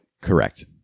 Correct